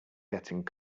getting